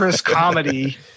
comedy